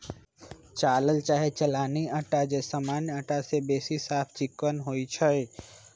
चालल चाहे चलानी अटा जे सामान्य अटा से बेशी साफ चिक्कन होइ छइ